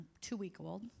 two-week-old